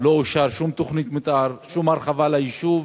לא אושרה שום תוכנית מיתאר, שום הרחבה ליישוב.